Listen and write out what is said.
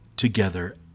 together